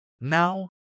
Now